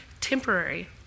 temporary